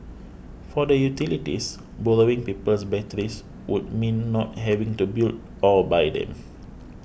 for the utilities borrowing people's batteries would mean not having to build or buy them